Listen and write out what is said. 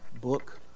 book